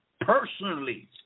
personally